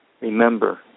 Remember